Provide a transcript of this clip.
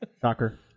Shocker